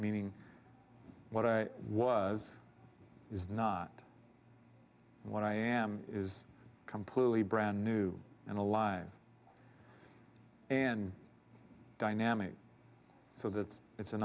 meaning what i was is not what i am is completely brand new and alive and dynamic so that's it's an